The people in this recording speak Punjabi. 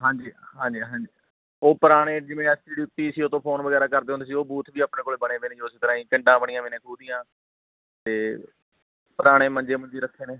ਹਾਂਜੀ ਹਾਂਜੀ ਹਾਂਜੀ ਉਹ ਪੁਰਾਣੇ ਜਿਵੇਂ S T D P C O ਤੋਂ ਫੋਨ ਵਗੈਰਾ ਕਰਦੇ ਹੁੰਦੇ ਸੀ ਉਹ ਬੂਥ ਵੀ ਆਪਣੇ ਕੋਲ ਬਣੇ ਪਏ ਨੇ ਉਸੇ ਤਰ੍ਹਾਂ ਹੀ ਟਿੰਡਾਂ ਬਣੀਆਂ ਵੀਆਂ ਨੇ ਖੂਹ ਦੀਆਂ ਅਤੇ ਪੁਰਾਣੇ ਮੰਜੇ ਮੂੰਜੇ ਰੱਖੇ ਨੇ